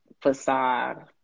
facade